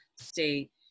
state